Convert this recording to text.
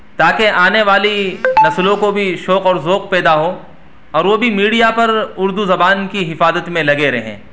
تاکہ آنے والی نسلوں کو بھی شوق اور ذوق پیدا ہو اور وہ بھی میڈیا پر اردو زبان کی حفاظت میں لگے رہیں